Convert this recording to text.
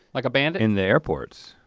like a bandit. in the airports.